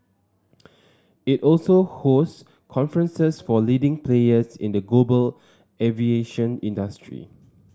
it also hosts conferences for leading players in the global aviation industry